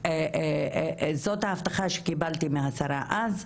זאת ההבטחה שקיבלתי מהשרה אז,